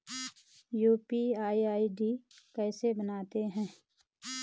UPI ID कैसे बनाते हैं?